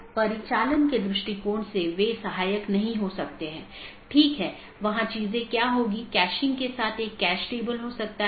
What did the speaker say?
metric पर कोई सार्वभौमिक सहमति नहीं है जिसका उपयोग बाहरी पथ का मूल्यांकन करने के लिए किया जा सकता है